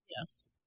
Yes